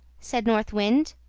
said north wind.